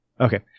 Okay